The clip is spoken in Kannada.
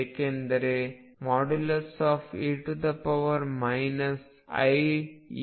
ಏಕೆಂದರೆ e iEnt21